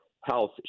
health